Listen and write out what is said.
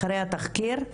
התחקיר,